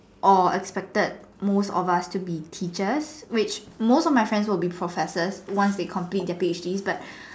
or expected most of us to be teachers which most of my friends will be professors once they complete their P_H_D but